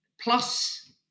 plus